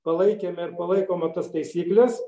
palaikėme ir palaikome tas taisykles